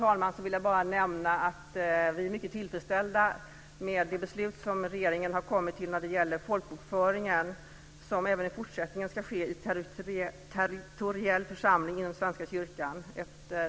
Till sist vill jag bara nämna att vi är mycket tillfredsställda med det beslut som regeringen har kommit fram till när det gäller folkbokföringen, att den även i fortsättningen ska ske inom territoriell församling inom Svenska kyrkan.